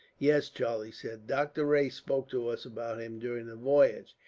yes, charlie said doctor rae spoke to us about him during the voyage.